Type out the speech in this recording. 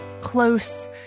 close